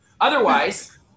Otherwise